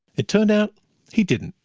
it turned out he didn't.